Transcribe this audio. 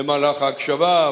למהלך ההקשבה,